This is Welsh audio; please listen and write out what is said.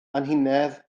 anhunedd